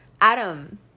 Adam